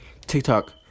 TikTok